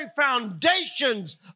foundations